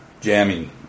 jamming